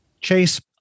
Chase